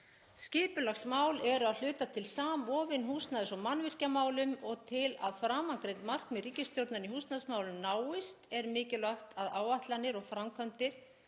Skipulagsmál eru að hluta til samofin húsnæðis- og mannvirkjamálum og til að framangreind markmið ríkisstjórnarinnar í húsnæðismálum náist er mikilvægt að áætlanir og framkvæmdir